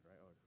right